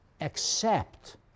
accept